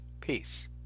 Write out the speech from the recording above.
Peace